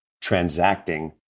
transacting